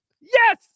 Yes